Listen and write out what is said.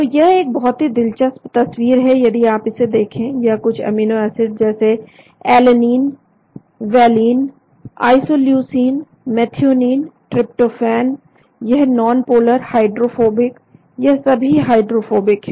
तो यह एक बहुत ही दिलचस्प तस्वीर है यदि आप इसे देखें यह कुछ अमीनो एसिड जैसे alanine valine isoleucine methionine tryptophan यह नॉनपोलर हाइड्रोफोबिक यह सभी हाइड्रोफोबिक है